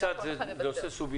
אלא כל אחד יוותר,